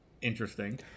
interesting